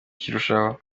kurushaho